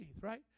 right